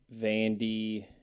Vandy